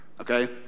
okay